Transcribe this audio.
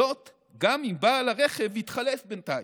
וזאת גם אם בעל הרכב התחלף בינתיים,